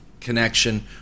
connection